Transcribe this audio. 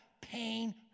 pain